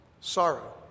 sorrow